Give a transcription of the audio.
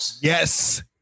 Yes